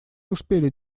успели